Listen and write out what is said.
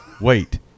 Wait